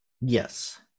yes